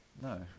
No